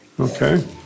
Okay